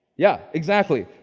yeah exactly.